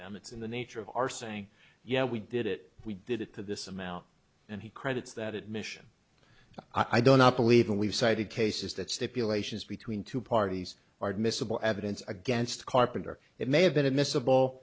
them it's in the nature of our saying yeah we did it we did it to this amount and he credits that admission i don't not believe and we've cited cases that stipulations between two parties are miscible evidence against carpenter it may have been admis